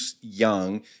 young